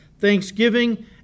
thanksgiving